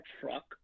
truck